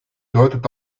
deutet